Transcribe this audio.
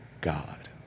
God